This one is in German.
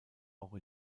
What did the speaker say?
auch